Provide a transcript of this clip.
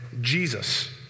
Jesus